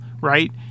right